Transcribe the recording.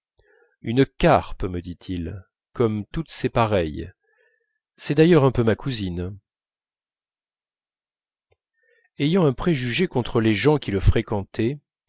une carpe me dit-il comme toutes ses pareilles c'est d'ailleurs un peu ma cousine ayant un préjugé contre les gens qui le fréquentaient